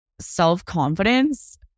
self-confidence